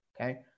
okay